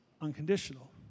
unconditional